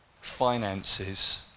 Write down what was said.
finances